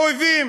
האויבים.